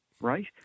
Right